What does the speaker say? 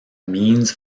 means